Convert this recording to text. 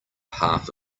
half